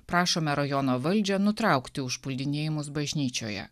prašome rajono valdžią nutraukti užpuldinėjimus bažnyčioje